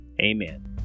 Amen